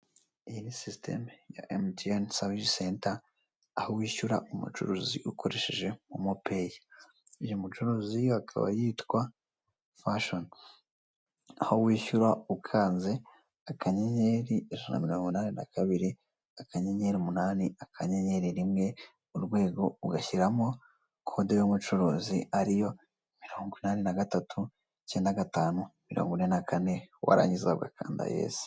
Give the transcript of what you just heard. Iyi ni sisiteme ya mtn savisi senta aho wishyura umucuruzi ukoresheje momo peyi. Uyu mucuruzi akaba yitwa fashoni. Aho wishyura ukanze akanyenyeri ijana na mirongo inani na kabiri akanyenyeri umunani akanyenyeri rimwe urwego, ugashyiramo kode y'umucuruzi ariyo mirongo inani na gatatu, icyenda gatanu mirongo ine na kane warangiza ugakanda yesi.